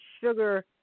sugar